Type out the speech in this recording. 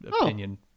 opinion